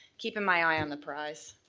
keeping my eye on the prize.